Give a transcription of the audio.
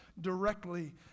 directly